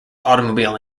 automobile